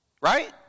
right